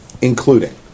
Including